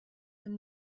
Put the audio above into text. from